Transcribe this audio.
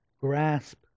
grasp